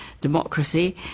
democracy